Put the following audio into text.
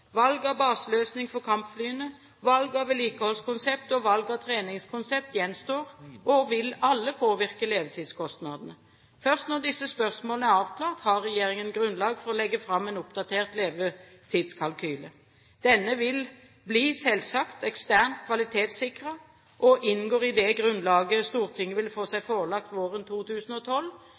Valg av baseløsning for kampflyene, valg av vedlikeholdskonsept og valg av treningskonsept gjenstår og vil alle påvirke levetidskostnadene. Først når disse spørsmålene er avklart, har regjeringen grunnlag for å legge fram en oppdatert levetidskalkyle. Denne vil selvsagt bli eksternt kvalitetssikret og inngår i det grunnlaget Stortinget vil få seg forelagt våren 2012